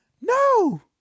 no